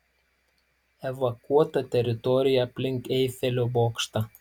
evakuota teritorija aplink eifelio bokštą